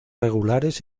regulares